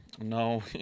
no